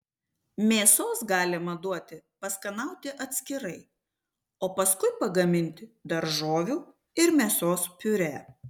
mėsos galima duoti paskanauti atskirai o paskui pagaminti daržovių ir mėsos piurė